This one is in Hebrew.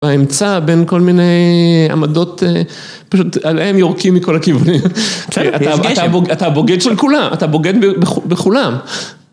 האמצע בין כל מיני עמדות פשוט עליהם יורקים מכל הכיוונים, אתה הבוגד של כולם, אתה בוגד בכולם.